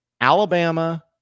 Alabama